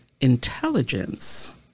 intelligence